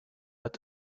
out